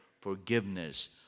forgiveness